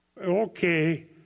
Okay